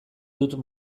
dut